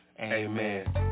Amen